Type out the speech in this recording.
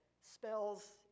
spells